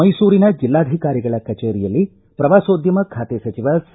ಮೈಸೂರಿನ ಜಿಲ್ಲಾಧಿಕಾರಿಗಳ ಕಚೇರಿಯಲ್ಲಿ ಪ್ರವಾಸೋದ್ಯಮ ಖಾತೆ ಸಚಿವ ಸಾ